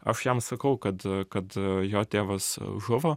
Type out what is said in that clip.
aš jam sakau kad kad jo tėvas žuvo